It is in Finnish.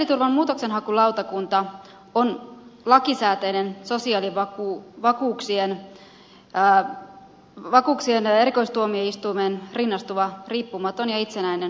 sosiaaliturvan muutoksenhakulautakunta on lakisääteinen sosiaalivakuuksien erikoistuomioistuimeen rinnastuva riippumaton ja itsenäinen muutoksenhakuelin